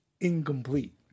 incomplete